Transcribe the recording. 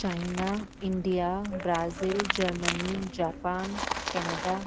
China India Brazil Germany Japan Canada